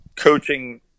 coaching